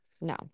No